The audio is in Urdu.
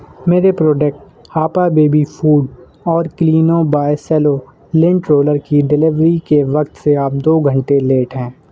میرے پروڈکٹس ہاپا بیبی فوڈ اور کلینو بائی سیلو لنٹ رولر کی ڈیلیوری کے وقت سے آپ دو گھنٹے لیٹ ہیں